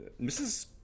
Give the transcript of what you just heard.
Mrs